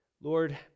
lord